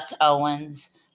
Owens